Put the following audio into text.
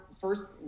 first